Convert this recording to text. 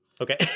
okay